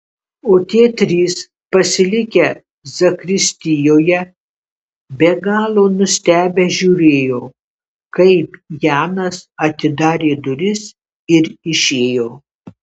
o tie trys pasilikę zakristijoje be galo nustebę žiūrėjo kaip janas atidarė duris ir išėjo